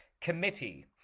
Committee